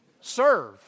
Serve